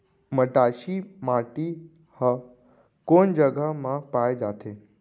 मटासी माटी हा कोन कोन जगह मा पाये जाथे?